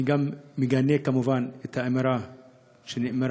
אני גם מגנה כמובן את האמירה שנאמרה,